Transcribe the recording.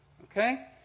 Okay